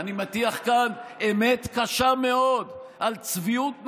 אני מטיח כאן אמת קשה מאוד על צביעות נוראה,